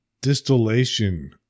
distillation